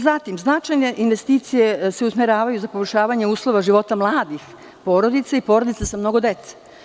Zatim, značajne investicije se usmeravaju za poboljšavanje uslova života mladih porodica i porodica sa mnogo dece.